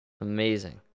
Amazing